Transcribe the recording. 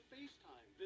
FaceTime